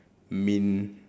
mean